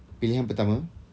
pilihan pertama